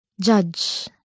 Judge